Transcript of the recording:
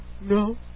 No